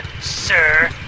sir